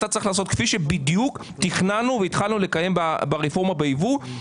בדיוק כפי שתכננו והתחלנו לקיים ברפורמה בייבוא.